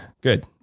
good